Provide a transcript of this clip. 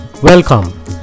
Welcome